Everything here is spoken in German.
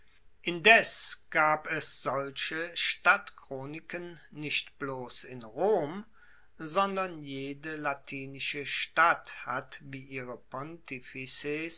indes gab es solche stadtchroniken nicht bloss in rom sondern jede latinische stadt hat wie ihre